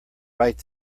right